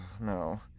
no